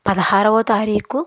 పదహారొవ తారీకు